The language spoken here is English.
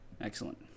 Excellent